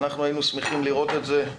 אנחנו היינו שמחים לראות את זה,